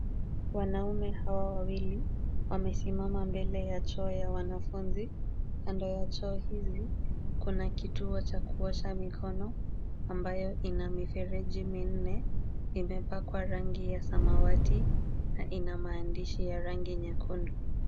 Wanaume hawa wawili wamesimama mbele ya choo ya wanafunzi. Kando ya choo hii kuna kituo cha kuosha mikono ambayo ina mifereji minne, imepakwa rangi ya samawati na ina maandishi ya rangi nyekundu.